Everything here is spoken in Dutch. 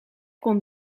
kon